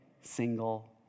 single